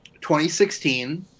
2016